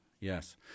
Yes